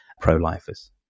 pro-lifers